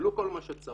קיבלו כל מה שצריך